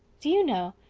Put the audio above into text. do you know,